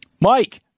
Mike